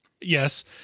yes